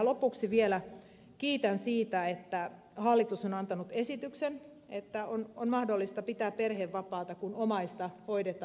lopuksi vielä kiitän siitä että hallitus on antanut esityksen että on mahdollista pitää perhevapaata kun omaista hoidetaan